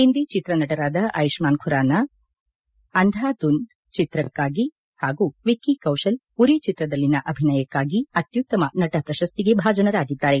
ಹಿಂದಿ ಚಿತ್ರ ನಟರಾದ ಆಯುಷ್ಮಾನ್ ಖುರಾನ ಅಂಧಾದುನ್ ಚಿತ್ರಕ್ಕಾಗಿ ಹಾಗೂ ವಿಕ್ಕಿ ಕೌಶಲ್ ಉರಿ ಚಿತ್ರದಲ್ಲಿನ ಅಭಿನಯಕ್ಕಾಗಿ ಅತ್ಯುತ್ತಮ ನಟ ಪ್ರಶಸ್ತಿಗೆ ಭಾಜನರಾಗಿದ್ದಾರೆ